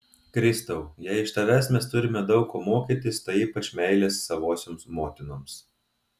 kristau jei iš tavęs mes turime daug ko mokytis tai ypač meilės savosioms motinoms